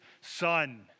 son